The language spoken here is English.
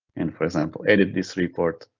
and for example, edit this report,